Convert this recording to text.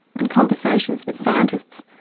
and conversations with scientists,